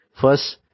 first